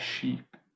sheep